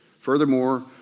Furthermore